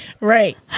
Right